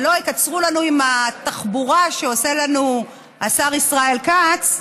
ולא שיקצרו לנו שעם התחבורה שעושה לנו השר ישראל כץ,